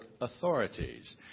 authorities